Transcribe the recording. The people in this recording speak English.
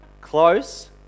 Close